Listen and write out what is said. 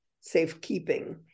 safekeeping